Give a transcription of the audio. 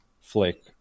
flick